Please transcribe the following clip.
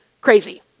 crazy